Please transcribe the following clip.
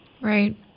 Right